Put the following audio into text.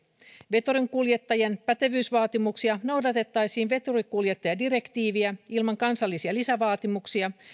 veturinkuljettajien pätevyysvaatimuksissa noudatettaisiin veturinkuljettajadirektiiviä ilman kansallisia lisävaatimuksia